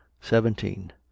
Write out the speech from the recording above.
seventeen